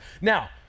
Now